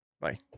Bye